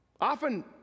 often